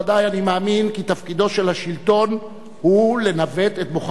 אני מאמין כי תפקידו של השלטון הוא לנווט את בוחריו,